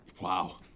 Wow